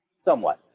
somewhat,